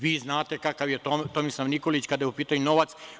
Vi znate kakav je Tomislav Nikolić kada je u pitanju novac.